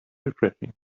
refreshing